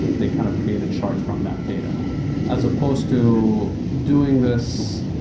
they kind of create a chart from that data as supposed to doing this,